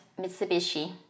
Mitsubishi